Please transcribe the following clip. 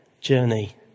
journey